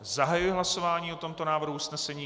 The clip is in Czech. Zahajuji hlasování o tomto návrhu usnesení.